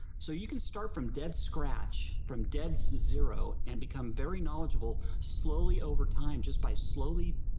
so you can start from dead scratch, from dead zero and become very knowledgeable slowly over time, just by slowly.